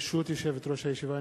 ברשות יושבת-ראש הישיבה,